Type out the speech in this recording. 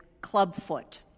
clubfoot